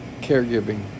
caregiving